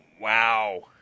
Wow